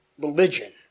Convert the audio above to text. religion